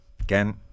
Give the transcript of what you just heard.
again